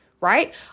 right